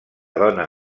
dona